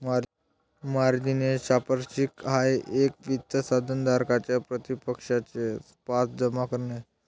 margin हे सांपार्श्विक आहे एक वित्त साधन धारकाच्या प्रतिपक्षाचे पास जमा करणे